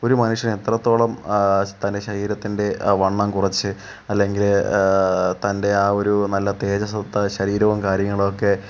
ഒരു മനുഷ്യൻ എത്രത്തോളം തൻ്റെ ശരീരത്തിൻ്റെ ആ വണ്ണം കുറച്ച് അല്ലെങ്കിൽ തൻ്റെ ആ ഒരു നല്ല തേജസോത്ത ശരീരവും കാര്യങ്ങളും ഒക്കെ